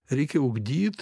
reikia ugdyt